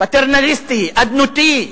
פטרנליסטי, אדנותי,